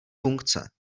funkce